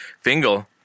Fingal